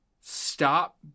Stop